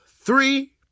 three